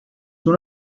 una